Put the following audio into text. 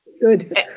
Good